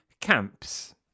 camps